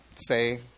say